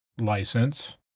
license